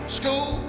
school